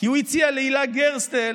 כי הוא הציע להילה גרסטל